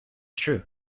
true